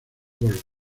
golf